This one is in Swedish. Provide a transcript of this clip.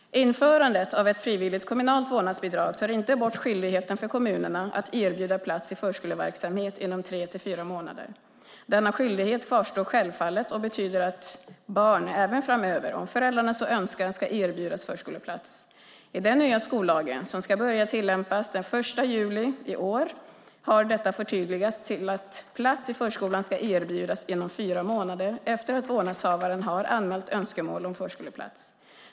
Införandet av ett frivilligt kommunalt vårdnadsbidrag tar inte bort skyldigheten för kommunerna att erbjuda plats i förskoleverksamhet inom tre till fyra månader. Denna skyldighet kvarstår självfallet och betyder att barn även framöver, om föräldrarna så önskar, ska erbjudas förskoleplats. I den nya skollagen, som ska börja tillämpas den 1 juli i år, har detta förtydligats till att plats i förskola ska erbjudas inom fyra månader efter att vårdnadshavaren har anmält önskemål om förskoleplats.